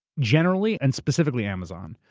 generally and specifically amazon.